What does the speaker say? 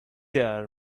are